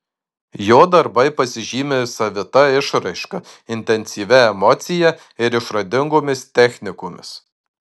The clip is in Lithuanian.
jo darbai pasižymi savita išraiška intensyvia emocija ir išradingomis technikomis